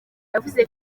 yavuze